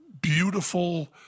beautiful